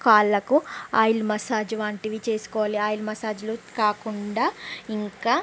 కాళ్ళకు oil massage వంటివి చేసుకోవాలి ఆయిల్ మసాజ్లు కాకుండా ఇంకా